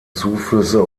zuflüsse